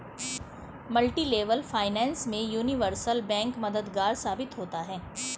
multilevel finance में universal bank मददगार साबित होता है